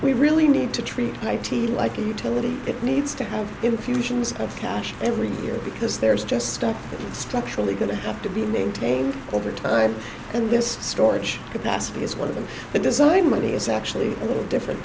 we really need to treat my t like a utility that needs to have infusions of cash every year because there's just stuff that structurally going to have to be maintained over time and this storage capacity is one of them the design money is actually a little different